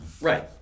Right